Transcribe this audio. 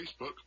Facebook